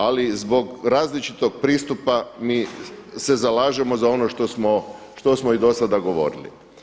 Ali zbog različitog pristupa mi se zalažemo za ono što smo i do sada govorili.